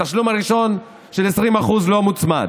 התשלום הראשון של 20% לא מוצמד.